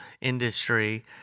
industry